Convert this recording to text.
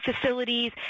facilities